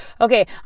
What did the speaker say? okay